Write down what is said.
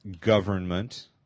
government